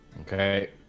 Okay